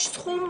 יש סכום